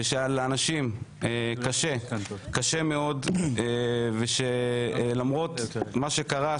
ושלאנשים קשה מאוד ושלמרות מה שקרה,